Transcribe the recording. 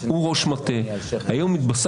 הוא ראש מטה השר לבט"ל.